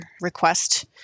request